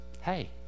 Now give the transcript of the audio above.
hey